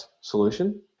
solution